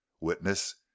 witness